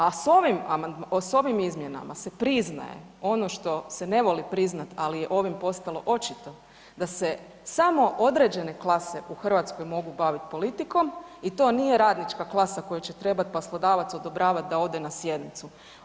A sa ovim izmjenama se priznaje, ono što se ne voli priznati ali je ovim postalo očito da se samo određene klase u Hrvatskoj mogu bavit politikom i to nije radnička klasa koju će trebati poslodavac odobravati da ode na sjednicu.